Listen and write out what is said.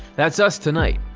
that's us tonight,